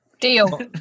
Deal